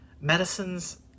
medicines